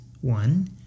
One